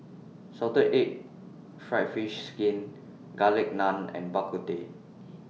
Salted Egg Fried Fish Skin Garlic Naan and Bak Kut Teh